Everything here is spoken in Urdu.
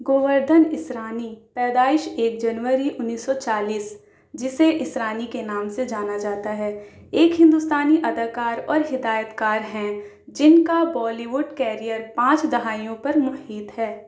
گووردھن اسرانی پیدائش ایک جنوری انیس سو چالیس جسے اسرانی کے نام سے جانا جاتا ہے ایک ہندوستانی اداکار اور ہدایت کار ہیں جن کا بالی ووڈ کیریئر پانچ دہائیوں پر محیط ہے